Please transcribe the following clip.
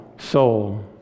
soul